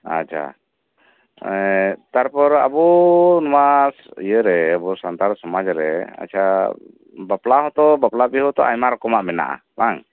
ᱟᱪᱪᱷᱟ ᱛᱟᱨᱯᱚᱨ ᱟᱵᱚ ᱱᱚᱶᱟ ᱤᱭᱟᱹ ᱨᱮ ᱟᱵᱚ ᱥᱟᱱᱛᱟᱲ ᱥᱚᱢᱟᱡᱽ ᱨᱮ ᱟᱪᱪᱷᱟ ᱵᱟᱯᱞᱟ ᱦᱚᱛᱚ ᱵᱟᱯᱞᱟ ᱵᱤᱦᱟᱹ ᱦᱚᱛᱚ ᱟᱭᱢᱟ ᱨᱚᱠᱚᱢᱟᱜ ᱢᱮᱱᱟᱜᱼᱟ ᱵᱟᱝ